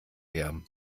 her